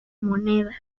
moneda